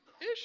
Ish